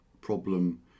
problem